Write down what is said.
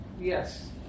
Yes